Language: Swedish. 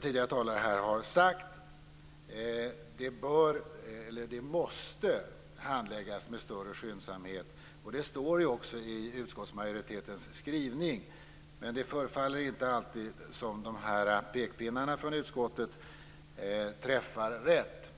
Tidigare talare har redan sagt det: Detta måste handläggas med större skyndsamhet. Det står också i utskottsmajoritetens skrivning. Det förefaller inte som att pekpinnarna från utskottet träffar rätt.